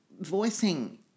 voicing